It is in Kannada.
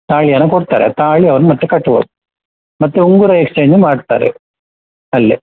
ತಾಳಿಯನ್ನು ಕೊಡ್ತಾರೆ ತಾಳಿ ಅವ್ರು ಮತ್ತೆ ಕಟ್ಬೋದು ಮತ್ತು ಉಂಗುರ ಎಕ್ಸ್ಚೇಂಜು ಮಾಡ್ತಾರೆ ಅಲ್ಲೆ